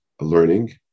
learning